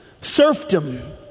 Serfdom